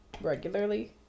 regularly